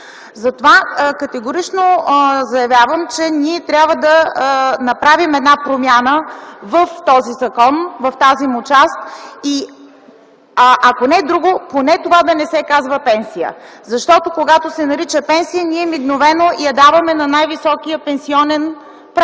Затова категорично заявявам, че ние трябва да направим промяна в този закон в тази му част и ако не друго, поне това да не се нарича пенсия. Защото когато се нарича пенсия, ние мигновено я даваме на най-високия пенсионен праг,